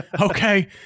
Okay